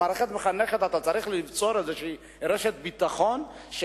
ובמערכת מחנכת אתה צריך ליצור איזו רשת ביטחון,